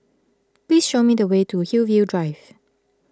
please show me the way to Hillview Drive